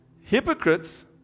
hypocrites